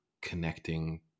connecting